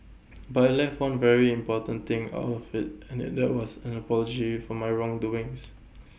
but I left one very important thing out of IT and that was an apology for my wrong doings